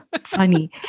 funny